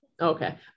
okay